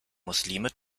muslime